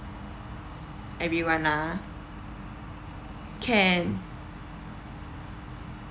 everyone lah can